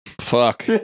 Fuck